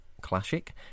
classic